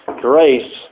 Grace